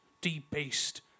debased